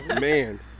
Man